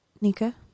Nika